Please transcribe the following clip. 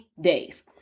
days